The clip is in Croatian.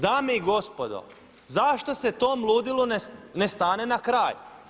Dame i gospodo, zašto se tom ludilu ne stane na kraj?